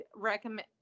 recommend